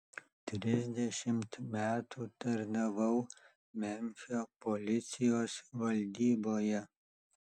trisdešimt metų tarnavau memfio policijos valdyboje